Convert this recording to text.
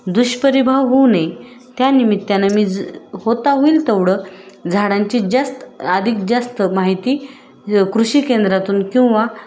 दुष्परिभाव होऊ नये त्या निमित्तानं मी ज होता होईल तेवढं झाडांची जास्त अधिक जास्त माहिती कृषी केंद्रातून किंवा